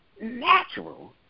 natural